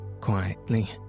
quietly